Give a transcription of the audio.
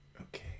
Okay